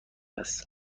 است